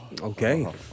Okay